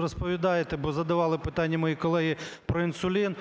розповідаєте, бо задавали питання мої колеги про інсулін.